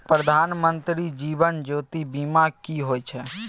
प्रधानमंत्री जीवन ज्योती बीमा की होय छै?